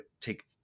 take